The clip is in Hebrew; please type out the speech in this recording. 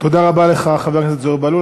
תודה רבה לך, חבר הכנסת זוהיר בהלול.